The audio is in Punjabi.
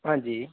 ਹਾਂਜੀ